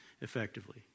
effectively